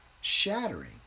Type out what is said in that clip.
shattering